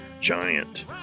giant